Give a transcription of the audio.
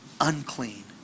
unclean